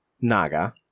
naga